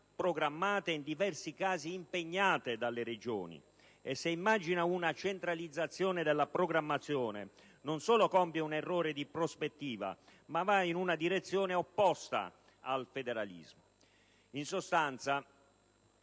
programmate e in diversi casi impegnate dalle Regioni: se immagina una centralizzazione della programmazione, non solo compie un errore di prospettiva ma va in una direzione opposta al federalismo. In sostanza,